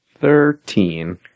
Thirteen